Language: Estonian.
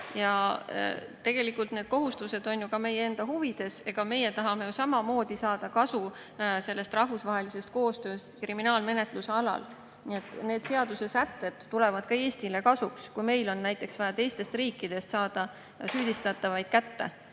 Tegelikult need kohustused on ju ka meie enda huvides. Meie tahame ju samamoodi saada kasu sellest rahvusvahelisest koostööst kriminaalmenetluse alal. Need seadusesätted tulevad ka Eestile kasuks, kui meil on näiteks vaja teistest riikidest saada süüdistatavaid kätte.